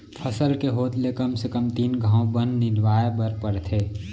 फसल के होत ले कम से कम तीन घंव बन निंदवाए बर परथे